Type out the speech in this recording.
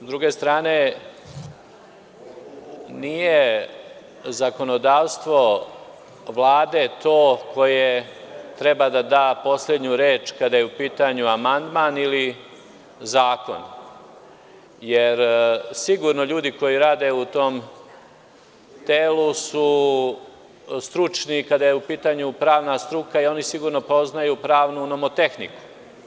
S druge strane, nije zakonodavstvo Vlade to koje treba da da poslednju reč kada je u pitanju amandman ili zakon, jer sigurno ljudi koji rade u tom telu su stručni kada je u pitanju pravna struka i oni sigurno poznaju pravnu nomotehniku.